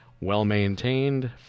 Well-maintained